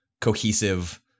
cohesive